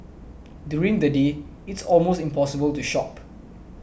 during the day it's almost impossible to shop